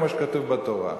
כמו שכתוב בתורה.